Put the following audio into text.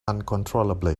uncontrollably